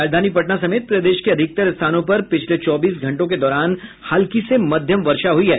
राजधानी पटना समेत प्रदेश के अधिकतर स्थानों पर पिछले चौबीस घंटों के दौरान हल्की से मध्यम वर्षा हुई है